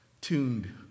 tuned